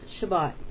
Shabbat